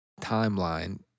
timeline